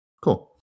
Cool